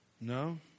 No